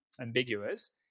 Ambiguous